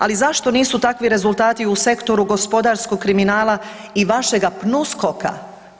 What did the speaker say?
Ali zašto nisu takvi rezultati u sektoru gospodarskog kriminala i vašega PNUSKOK-a?